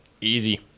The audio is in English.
Easy